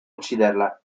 ucciderla